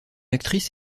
actrice